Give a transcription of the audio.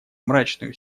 мрачную